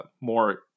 More